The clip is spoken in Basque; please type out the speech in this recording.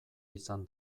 izan